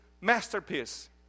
masterpiece